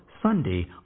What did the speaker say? Sunday